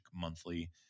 Monthly